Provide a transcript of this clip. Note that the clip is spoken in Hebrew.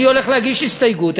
אני הולך להגיש הסתייגות,